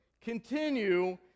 continue